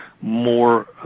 more